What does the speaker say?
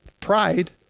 pride